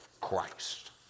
Christ